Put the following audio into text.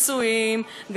גם במקוואות,